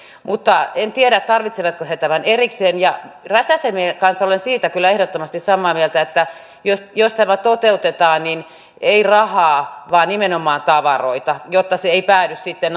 mutta en tiedä tarvitsevatko he tämän erikseen räsäsen kanssa olen siitä kyllä ehdottomasti samaa mieltä että jos jos tämä toteutetaan niin ei rahaa vaan nimenomaan tavaroita jotta se ei päädy sitten